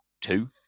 two